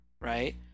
right